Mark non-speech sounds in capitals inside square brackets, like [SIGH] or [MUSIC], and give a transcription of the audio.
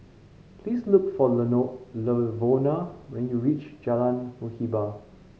please look for [UNINTELLIGIBLE] Lavona when you reach Jalan Muhibbah